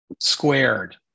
squared